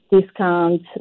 discount